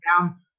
down